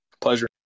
Pleasure